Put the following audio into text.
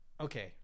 Okay